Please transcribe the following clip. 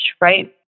right